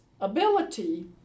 ability